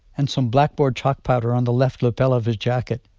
and some blackboard chalk powder on the left lapel of his jacket.